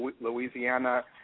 Louisiana